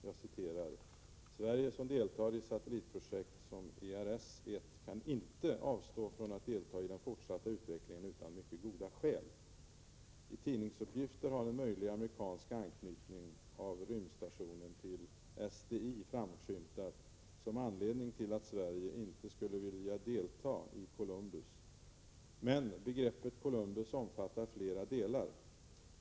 Han anför följande: ”Sverige som deltar i satellitprojekt som ERS-1 kan inte avstå från att delta i den fortsatta utvecklingen utan mycket goda skäl! I tidningsuppgifter har en möjlig amerikansk anknytning av rymdstationen till SDI framskymtat som anledning till att Sverige inte skulle vilja delta i Columbus. Men begreppet Columbus omfattar flera delar.